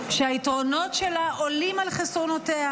שהיתרונות שלה עולים על חסרונותיה,